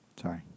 Sorry